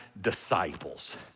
disciples